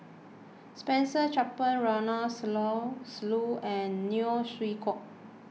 Spencer Chapman Ronald Susilo and Neo Chwee Kok